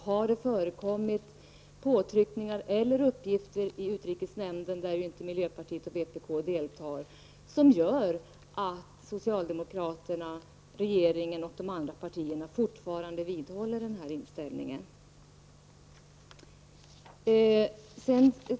Har det förekommit påtryckningar eller uppgifter i utrikesnämnden, där ju inte miljöpartiet och vpk deltar, som gör att socialdemokraterna, regeringen och de andra partierna fortfarande vidhåller denna inställning?